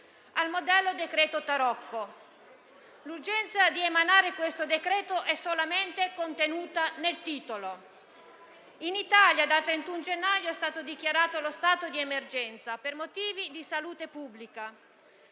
al modello decreto tarocco. L'urgenza di emanare il decreto-legge in esame è contenuta solamente nel titolo. In Italia, dal 31 gennaio è stato dichiarato lo stato di emergenza per motivi di salute pubblica,